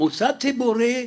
מוסד ציבורי: